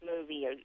movie